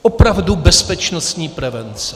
Opravdu bezpečnostní prevence.